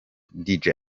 the